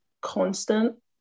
constant